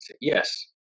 Yes